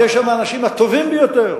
כי יש שם האנשים הטובים ביותר,